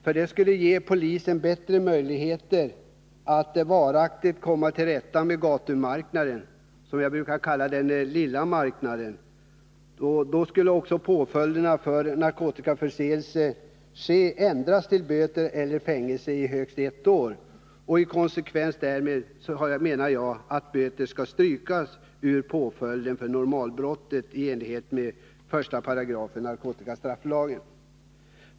För att ge polisen bättre möjligheter att varaktigt komma till rätta med gatumarknaden, som jag brukar kalla den lilla marknaden, bör påföljderna för narkotikaförseelse ändras till böter eller fängelse i högst ett år. I konsekvens härmed menar jag att bötesstraff skall strykas ur påföljden för normalbrottet i enlighet med 1 § narkotikastrafflagen.